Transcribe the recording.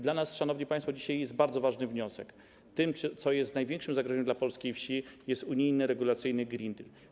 Dla nas, szanowni państwo, dzisiaj jest bardzo ważny wniosek: tym, co jest największym zagrożeniem dla polskiej wsi, jest unijny regulacyjny green deal.